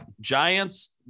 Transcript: Giants